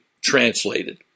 translated